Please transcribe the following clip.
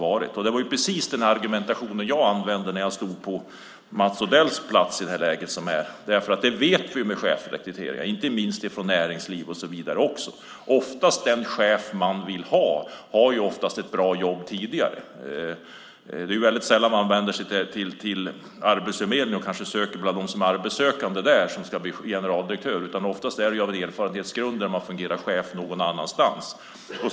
Det var precis den argumentation jag använde när jag stod på Mats Odells plats. När det gäller chefsrekrytering i såväl stat som näringsliv vet vi att oftast har den chef man vill ha redan ett bra jobb. Det är sällan man vänder sig till Arbetsförmedlingen och söker en generaldirektör bland dem som är arbetssökande där. Det sker oftast på erfarenhetsgrund av att man fungerar som chef någon annanstans.